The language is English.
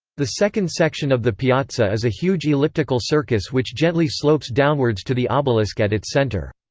the second section of the piazza is a huge elliptical circus which gently slopes downwards to the obelisk at its center.